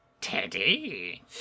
Teddy